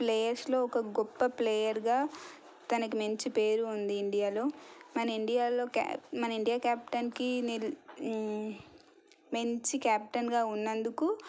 ప్లేయర్స్లో ఒక గొప్ప ప్లేయర్గా తనకి మంచి పేరు ఉంది ఇండియాలో మన ఇండియాలో క్యాప్ మన ఇండియా క్యాప్టెన్కి నిల్ మంచి క్యాప్టెన్గా ఉన్నందుకు